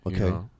Okay